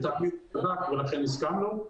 לטעמי זה מוצדק ולכן הסכמנו.